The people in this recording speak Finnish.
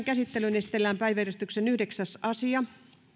käsittelyyn esitellään päiväjärjestyksen yhdeksäs asia